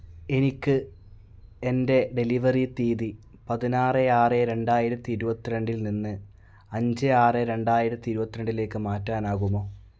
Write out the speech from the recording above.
എനിക്ക് എന്റെ ഡെലിവറി തീയ്തി പതിനാറ് ആറ് രണ്ടായിരത്തി ഇരുപത്തി രണ്ടിൽ നിന്ന് അഞ്ച് ആറ് രണ്ടായിരത്തി ഇരുപത്തി രണ്ടിലേക്ക് മാറ്റാനാകുമോ